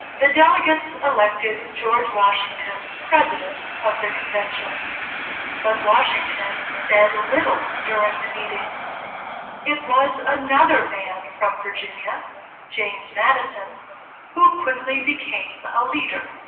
the delegates elected george, washington president of the convention but washington said little during the meetings it was another man from virginia james madison who quickly became a leader?